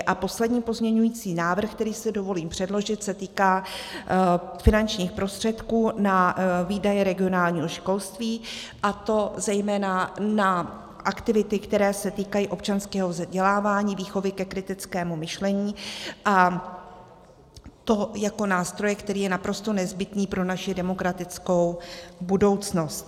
A poslední pozměňovací návrh, který si dovolím předložit, se týká finančních prostředků na výdaje regionálního školství, a to zejména na aktivity, které se týkají občanského vzdělávání, výchovy ke kritickému myšlení, a to jako nástroje, který je naprosto nezbytný pro naši demokratickou budoucnost.